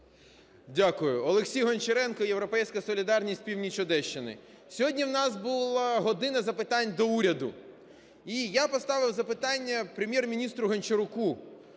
Дякую. Олексій Гончаренко, "Європейська солідарність", північ Одещини. Сьогодні в нас була "година запитань до Уряду". І я поставив запитання Прем'єр-міністру Гончаруку,